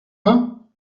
pas